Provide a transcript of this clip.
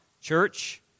church